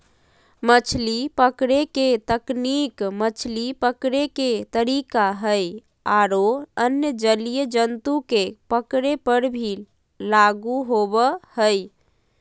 मछली पकड़े के तकनीक मछली पकड़े के तरीका हई आरो अन्य जलीय जंतु के पकड़े पर भी लागू होवअ हई